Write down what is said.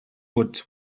woods